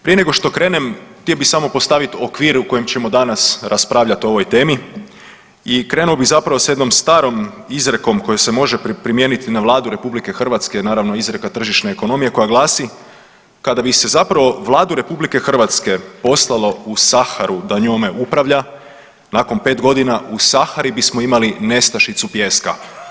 Prije nego što krenem htio bi samo postavit okvir u kojem ćemo danas raspravljat o ovoj temi i krenuo bi zapravo s jednom starom izrekom koja se može primijeniti na Vladu RH, naravno izreka tržišne ekonomije koja glasi, kada bi se zapravo Vladu RH poslalo u Saharu da njome upravlja nakon 5.g. u Sahari bismo imali nestašicu pijeska.